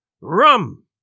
Rum